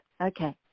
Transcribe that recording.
okay